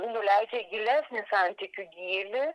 nuleidžia į gilesnį santykių gylį